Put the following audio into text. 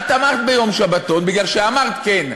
את תמכת ביום שבתון בגלל שאמרת: כן,